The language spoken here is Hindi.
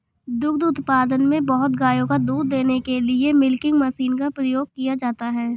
दुग्ध उत्पादन में बहुत गायों का दूध दूहने के लिए मिल्किंग मशीन का उपयोग किया जाता है